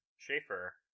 Schaefer